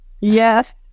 Yes